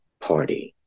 party